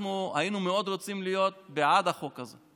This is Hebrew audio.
אנחנו היינו מאוד רוצים להיות בעד החוק הזה.